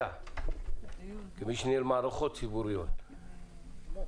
כמי שניהל מערכות ציבוריות אני יודע